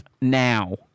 now